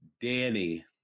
Danny